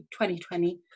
2020